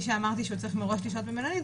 שאמרתי שהוא צריך מראש לשהות במלונית,